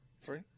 Three